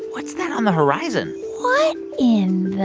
what's that on the horizon? what in the